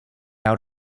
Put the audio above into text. out